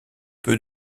peu